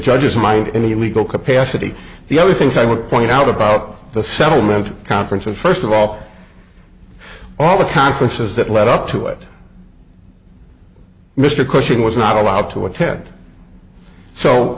judge's mind any legal capacity the only things i would point out about the settlement conference and first of all all the conferences that lead up to it mr cushing was not allowed to attend so